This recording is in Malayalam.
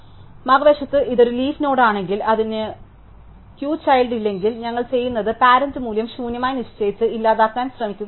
മറുവശത്ത് ഇത് ഒരു ലീഫ് നോഡാണെങ്കിൽ അതിന് കു ചൈൽഡ് ഇല്ലെങ്കിൽ ഞങ്ങൾ ചെയ്യുന്നത് പാരന്റ് മൂല്യം ശൂന്യമായി നിശ്ചയിച്ച് ഇല്ലാതാക്കാൻ ശ്രമിക്കുക എന്നതാണ്